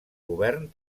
govern